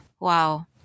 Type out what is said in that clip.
wow